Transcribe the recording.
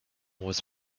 was